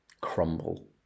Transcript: Crumble